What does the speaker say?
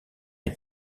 est